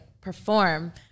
perform